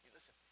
Listen